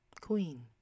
Queen